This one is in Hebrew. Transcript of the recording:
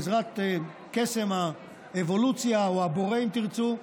בעזרת קסם האבולוציה, או הבורא, אם תרצו,